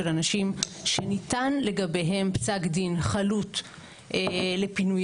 אנשים שניתן לגביהם פסק דין חלוט לפינויים,